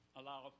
allow